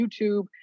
YouTube